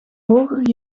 hoger